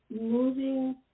Moving